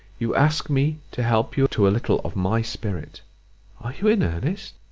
you ask me to help you to a little of my spirit. are you in earnest?